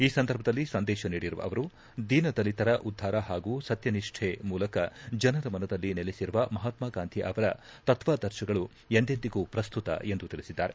ಈ ಸಂದರ್ಭದಲ್ಲಿ ಸಂದೇಶ ನೀಡಿರುವ ಅವರು ದೀನ ದಲಿತರ ಉದ್ದಾರ ಹಾಗೂ ಸತ್ತನಿಷ್ಠೆ ಮೂಲಕ ಜನರ ಮನದಲ್ಲಿ ನೆಲೆಸಿರುವ ಮಹಾತ್ಮ ಗಾಂಧಿ ಅವರ ತತ್ವಾದರ್ಶಗಳು ಎಂದೆಂದಿಗೂ ಪ್ರಸ್ತುತ ಎಂದು ತಿಳಿಸಿದ್ದಾರೆ